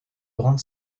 grande